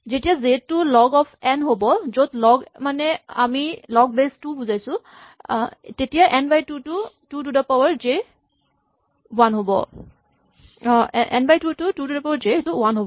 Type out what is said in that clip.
যেতিয়া J two log of N হ'ব য'ত লগ মানে আমি লগ বেচ টু বুজাইছো তেতিয়া N by two to the power J one হ'ব